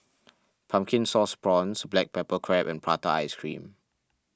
Pumpkin Sauce Prawns Black Pepper Crab and Prata Ice Cream